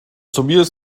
tobias